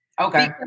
Okay